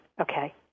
Okay